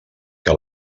que